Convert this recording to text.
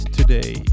today